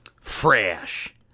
Fresh